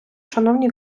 шановні